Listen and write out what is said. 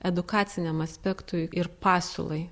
edukaciniam aspektui ir pasiūlai